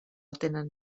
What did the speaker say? tenen